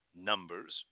numbers